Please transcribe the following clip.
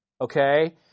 Okay